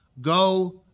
Go